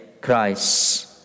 Christ